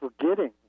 forgetting